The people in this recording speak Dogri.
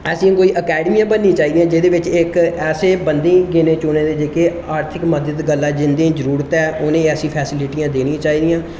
ऐसी कोई आकैडमियां बननी चाहिदियां जेह्दे बिच्च इक ऐसे बंदे गिने चुने दे जेह्के आर्थिक मदद गल्ला जेह्ड़े जिंदी जरुरत ऐ उ'नेंगी ऐसी फैसीलिटियां देनियां चाहिदियां '